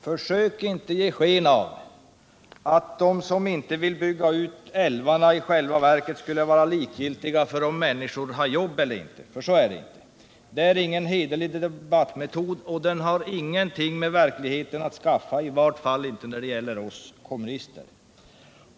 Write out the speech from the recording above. Försök inte ge sken av att de som inte vill bygga ut älvarna i själva verket skulle vara likgiltiga för om människorna har jobb eller inte! Så är det inte. Det är ingen hederlig debattmetod, och det har ingenting med verkligheten att skaffa — i vart fall inte när det gäller oss kommunister.